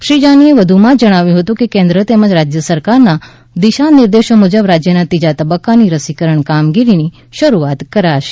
શ્રી જાનીએ વધુમાં જણાવ્યું હતું કે કેન્દ્ર તેમજ રાજ્ય સરકારના દિશાનિર્દેશો મુજબ રાજ્યમાં ત્રીજા તબક્કાની રસીકરણ કામગીરીની શરૂઆત કરાશે